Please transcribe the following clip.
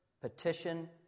petition